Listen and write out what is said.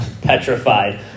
petrified